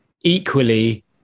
equally